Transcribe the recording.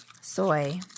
soy